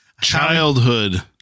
Childhood